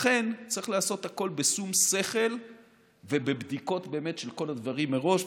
לכן צריך לעשות הכול בשום שכל ובבדיקות של כל הדברים מראש.